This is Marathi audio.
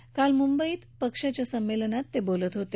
ते काल मुंबईत पक्षाच्या संमेलनात बोलत होते